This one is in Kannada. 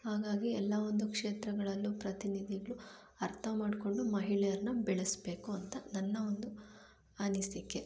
ಹಾಗಾಗಿ ಎಲ್ಲ ಒಂದು ಕ್ಷೇತ್ರಗಳಲ್ಲೂ ಪ್ರತಿನಿಧಿಗಳು ಅರ್ಥ ಮಾಡಿಕೊಂಡು ಮಹಿಳೆಯರನ್ನ ಬೆಳೆಸಬೇಕು ಅಂತ ನನ್ನ ಒಂದು ಅನಿಸಿಕೆ